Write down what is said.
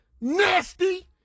Nasty